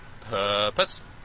purpose